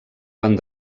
van